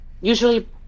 usually